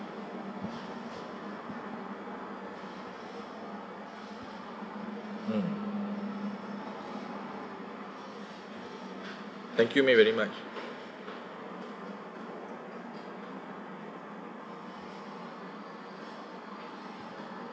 mm thank you may very much